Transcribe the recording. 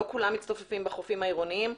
לא כולם מצטופפים בחופים העירוניים.